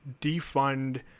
defund